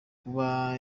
kuba